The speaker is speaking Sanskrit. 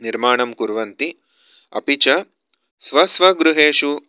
निर्माणं कुर्वन्ति अपि च स्व स्वगृहेषु